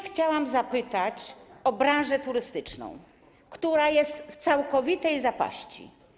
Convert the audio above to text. Chciałam zapytać o branżę turystyczną, która jest w całkowitej zapaści.